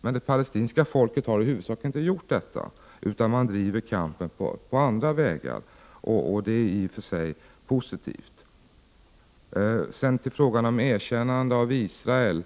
Men det palestinska folket har på det hela taget inte gjort detta, utan kampen har utkämpats på andra sätt. Det är i och för sig positivt. Sedan till frågan om erkännande av Israel.